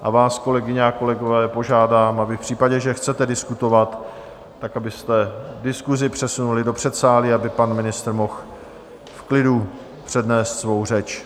A vás, kolegyně a kolegové, požádám, abyste v případě, že chcete diskutovat, diskusi přesunuli do předsálí, aby pan ministr mohl v klidu přednést svou řeč.